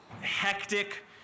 hectic